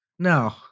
No